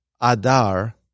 Adar